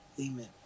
amen